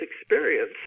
experience